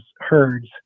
herds